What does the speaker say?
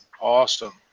awesome